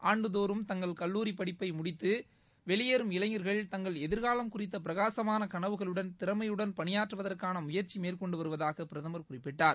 ஆண்டுதோறும் தங்கள் கல்லூரி படிப்பை முடித்து வெளியேறும் இளைஞர்கள் தங்கள் எதிர்காலம் குறித்த பிரகாசமான கனவுகளுடன் திறமையுடன் பணியாற்றுவதற்கான முயற்சி மேற்கொண்டு வருவதூக பிரதமர் குறிப்பிட்டார்